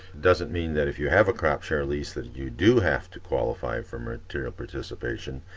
doesn't mean that if you have a crop share lease that you do have to qualify from material participation,